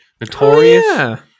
Notorious